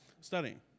studying